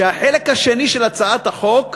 שהחלק השני של הצעת החוק,